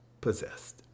possessed